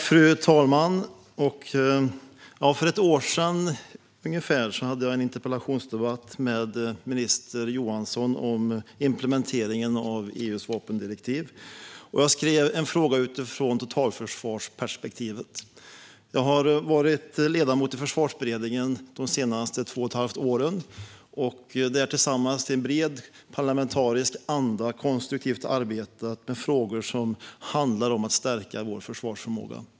Fru talman! För ungefär ett år sedan hade jag en interpellationsdebatt med minister Johansson om implementeringen av EU:s vapendirektiv. Jag skrev en fråga utifrån totalförsvarsperspektivet. Jag har varit ledamot i Försvarsberedningen de senaste två och ett halvt åren. Där har vi tillsammans, i bred parlamentarisk anda, konstruktivt arbetat med frågor som handlar om att stärka vår försvarsförmåga.